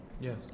yes